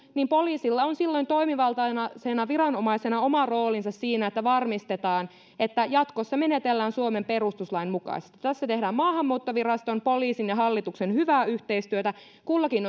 niin poliisilla on silloin toimivaltaisena viranomaisena oma roolinsa siinä että varmistetaan että jatkossa menetellään suomen perustuslain mukaisesti tässä tehdään maahanmuuttoviraston poliisin ja hallituksen hyvää yhteistyötä kullakin